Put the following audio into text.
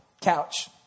couch